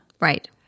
right